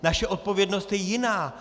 Naše odpovědnost je jiná.